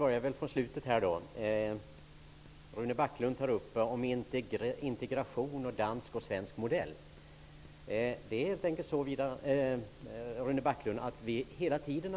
Herr talman! Rune Backlund tar upp frågan om integration och dansk och svensk modell. Det är helt enkelt så, Rune Backlund, att vi i Ny demokrati hela tiden